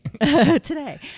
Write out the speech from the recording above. Today